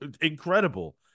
incredible